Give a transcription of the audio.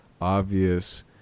obvious